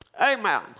Amen